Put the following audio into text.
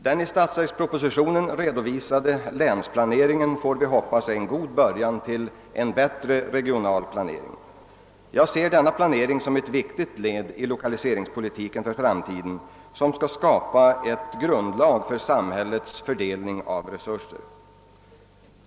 Den i statsverkspropositionen redovisade länsplaneringen får vi hoppas är en god början till en bättre regional planering. Jag ser denna planering som ett viktigt led i arbetet för den framtida lokaliseringspolitiken, vilken skall skapa en grund för fördelningen av samhällets resurser.